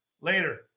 Later